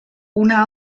una